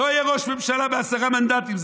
לא יהיה ראש ממשלה בעשרה מנדטים,